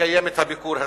לקיים את הביקור הזה.